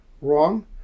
wrong